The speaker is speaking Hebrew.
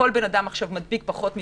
אם